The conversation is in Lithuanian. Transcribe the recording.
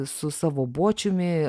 su savo bočiumi